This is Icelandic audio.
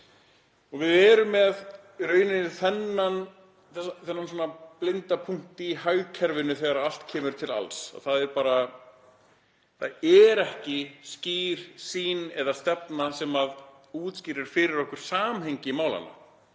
Við erum með í rauninni þennan blinda punkt í hagkerfinu þegar allt kemur til alls. Það er ekki skýr sýn eða stefna sem útskýrir fyrir okkur samhengi málanna,